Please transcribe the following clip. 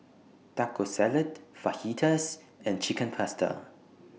Taco Salad Fajitas and Chicken Pasta